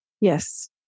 Yes